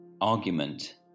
argument